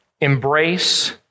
embrace